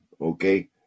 okay